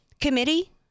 committee